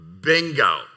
Bingo